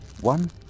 one